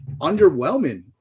underwhelming